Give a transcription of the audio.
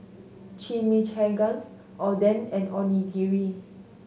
Chimichangas Oden and Onigiri